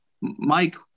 Mike